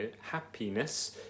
happiness